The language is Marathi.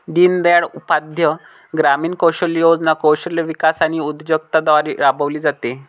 दीनदयाळ उपाध्याय ग्रामीण कौशल्य योजना कौशल्य विकास आणि उद्योजकता द्वारे राबविली जाते